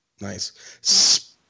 Nice